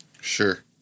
Sure